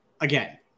Again